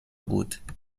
بود